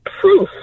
proof